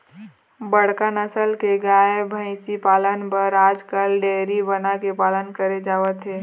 बड़का नसल के गाय, भइसी पालन बर आजकाल डेयरी बना के पालन करे जावत हे